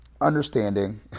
understanding